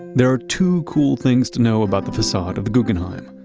there are two cool things to know about the facade of guggenheim.